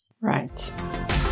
Right